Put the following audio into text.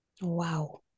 Wow